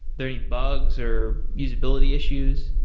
there any bugs, or usability issues?